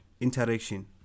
interaction